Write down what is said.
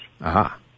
Aha